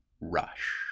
rush